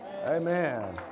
Amen